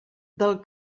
del